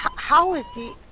how is he?